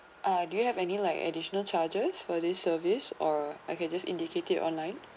uh do you have any like additional charges for this service or I can just indicate it online